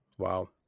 wow